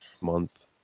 month